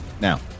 now